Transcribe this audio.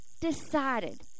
decided